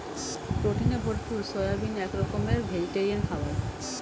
প্রোটিনে ভরপুর সয়াবিন এক রকমের ভেজিটেরিয়ান খাবার